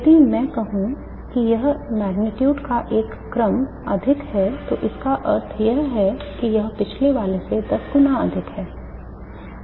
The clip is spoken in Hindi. यदि मैं कहूं कि यह मेग्नीट्यूड का एक क्रम अधिक है तो इसका अर्थ यह है कि यह पिछले वाले से दस गुना अधिक है